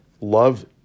Love